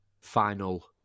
final